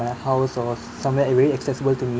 my house or somewhere it really accessible to me